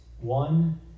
one